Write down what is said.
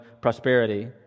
prosperity